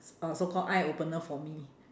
s~ uh so-called eye-opener for me